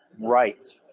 right,